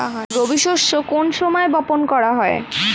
রবি শস্য কোন সময় বপন করা হয়?